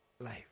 life